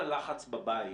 הלחץ בבית